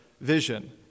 vision